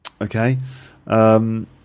Okay